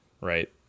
right